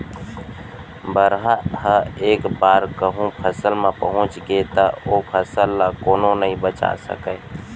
बरहा ह एक बार कहूँ फसल म पहुंच गे त ओ फसल ल कोनो नइ बचा सकय